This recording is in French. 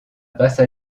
basse